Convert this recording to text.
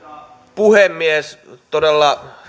puhemies todella